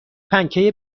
پنکه